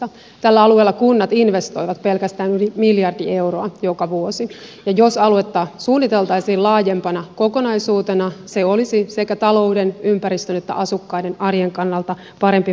pelkästään tällä alueella kunnat investoivat yli miljardi euroa joka vuosi ja jos aluetta suunniteltaisiin laajempana kokonaisuutena se olisi sekä talouden ympäristön että asukkaiden arjen kannalta parempi vaihtoehto